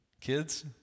Kids